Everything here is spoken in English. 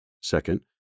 Second